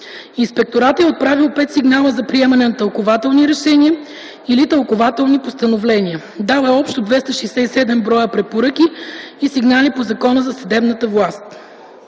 Инспекторатът е отправил 5 сигнала за приемане на тълкувателни решения или тълкувателни постановления. Дал е общо 267 броя препоръки и сигнали по Закона за съдебната власт.